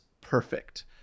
perfect